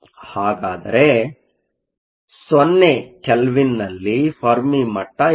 ಹಾಗಾದರೆ 0 ಕೆಲ್ವಿನ್ನಲ್ಲಿ ಫೆರ್ಮಿ ಮಟ್ಟ ಎಲ್ಲಿದೆ